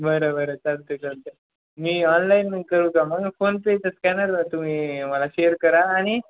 बरं बरं चालते चालते मी ऑनलाईन करू का मग फोन पेचं स्कॅनरवर तुम्ही मला शेअर करा आणि